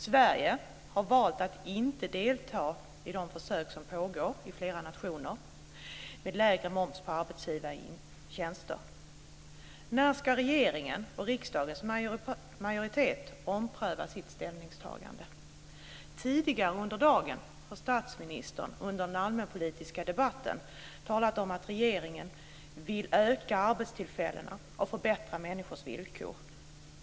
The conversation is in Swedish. Sverige har valt att inte delta i de försök som pågår i flera nationer med lägre moms på arbetsintensiva tjänster. När ska regeringen och riksdagens majoritet ompröva sitt ställningstagande? Tidigare under dagen har statsministern talat om att regeringen vill öka antalet arbetstillfällen och förbättra människors villkor.